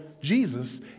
Jesus